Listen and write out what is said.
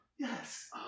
Yes